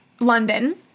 London